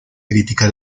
crítica